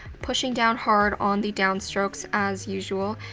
pushing down hard on the downstrokes, as usual.